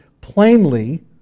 plainly